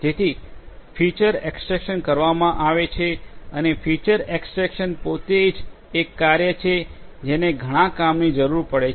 જેથી feature extraction કરવામાં આવે છે અને ફીચર એક્સટ્રેકશન પોતે જ એક કાર્ય છે જેને ઘણાં કામની જરૂર પડે છે